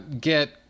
get